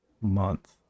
month